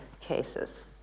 cases